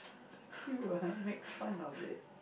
you ah make fun of it